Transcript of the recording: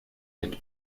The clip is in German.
mit